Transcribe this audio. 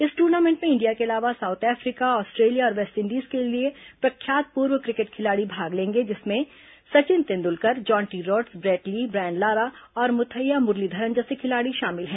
इस टूर्नामेंट में इंडिया के अलावा साउथ अफ्रीका आस्ट्रेलिया और वेस्टइंडीज के लिए प्राख्यात पूर्व क्रिकेट खिलाड़ी भाग लेंगे जिसमें Sachin Tendulkar Jonty Rhodes Brett Lee Brian Lara और मुथैया मुरलीधरन जैसे खिलाड़ी शामिल हैं